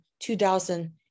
2000